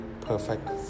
perfect